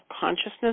consciousness